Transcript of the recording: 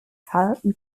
fulton